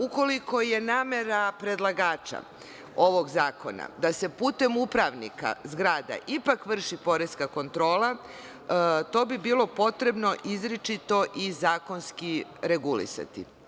Ukoliko je namera predlagača ovog zakona da se putem upravnika zgrada ipak vrši poreska kontrola, to bi bilo potrebno izričito i zakonski regulisati.